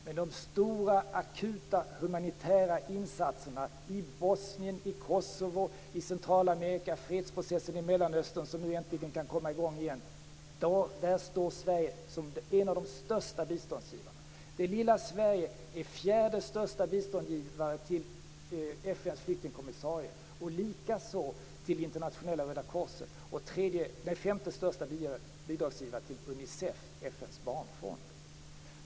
Men i fråga om de stora, akuta, humanitära insatserna i Bosnien, i Kosovo, i Centralamerika och vad gäller fredsprocessen i Mellanöstern, som nu äntligen kan komma i gång igen, står Sverige som en av de största biståndsgivarna. Det lilla Sverige är fjärde största biståndsgivare till FN:s flyktingkommissarie, och likaså till internationella Röda korset. Vi är femte största bidragsgivare till Unicef, FN:s barnfond.